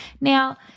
Now